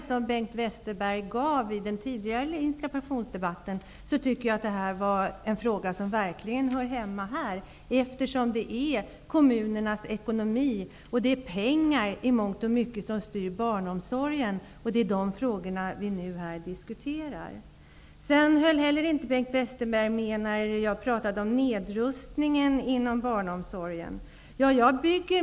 Efter Bengt Westerbergs öppningar i den tidigare interpellationsdebatten tycker jag att ställda fråga verkligen hör hemma i den här debatten. Pengar och kommunernas ekonomi är ju det som i mångt och mycket styr barnomsorgen. Det är också de frågorna som vi diskuterar här. Bengt Westerberg höll heller inte med mig i fråga om nedrustningen inom barnomsorgen.